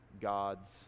god's